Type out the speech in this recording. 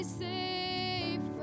safe